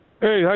Hey